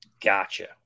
gotcha